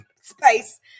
space